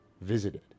visited